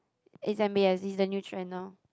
is M_B_S is the new trend now